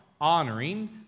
honoring